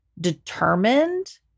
determined